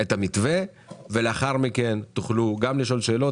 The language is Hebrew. את המתווה לאחר מכן תוכלו גם לשאול שאלות,